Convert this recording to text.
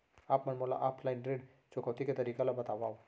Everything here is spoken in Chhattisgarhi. आप मन मोला ऑफलाइन ऋण चुकौती के तरीका ल बतावव?